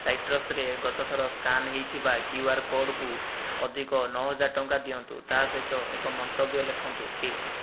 ସାଇଟ୍ରସ୍ରେ ଗତଥର ସ୍କାନ୍ ହେଇଥିବା Q R କୋଡ଼କୁ ଅଧିକ ନଅ ହଜାର ଟଙ୍କା ଦିଅନ୍ତୁ ତା' ସହିତ ଏକ ମନ୍ତବ୍ୟ ଲେଖନ୍ତୁ ଟିପ୍ସ